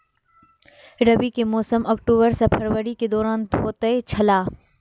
रबी के मौसम अक्टूबर से फरवरी के दौरान होतय छला